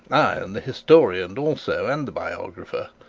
ay, and the historian also and the biographer,